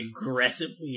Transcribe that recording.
aggressively